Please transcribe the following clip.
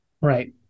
right